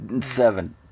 Seven